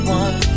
one